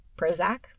Prozac